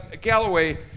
Galloway